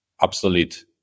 obsolete